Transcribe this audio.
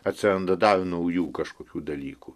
atsiranda dar naujų kažkokių dalykų